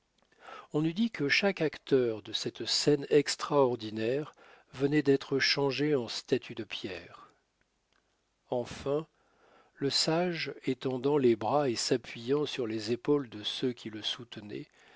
on eût dit que chaque acteur de cette scène extraordinaire venait d'être changé en statue de pierre enfin le sage étendant les bras et s'appuyant sur les épaules de ceux qui le soutenaient